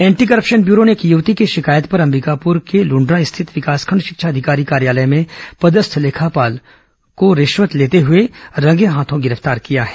anti corruption bureau ने एक युवती की शिकायत पर अंबिकापुर के लुण्ड्रा स्थित विकासखंड शिक्षा अधिकारी कार्यालय में पदस्थ लेखापाल पटेल को रिश्वत लेते हुए रंगेहाथों गिरफ्तार किया है